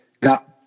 got